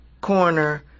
corner